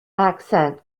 accent